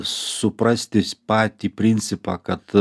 suprasti patį principą kad